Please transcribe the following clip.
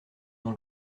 dans